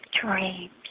dreams